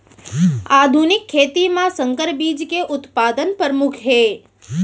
आधुनिक खेती मा संकर बीज के उत्पादन परमुख हे